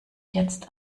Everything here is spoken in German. jetzt